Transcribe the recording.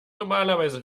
normalerweise